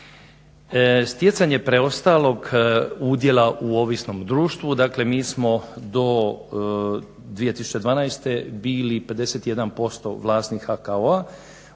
Stjecanje preostalog udjela u ovisnom društvu, dakle mi smo do 2012. bili 51% vlasnik HKO,